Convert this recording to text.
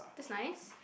that's nice